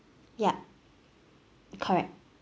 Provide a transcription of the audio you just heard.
ya correct